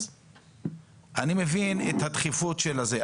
אז אני מבין את הדחיפות של זה,